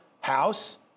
House